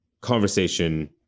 conversation